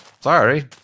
sorry